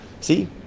see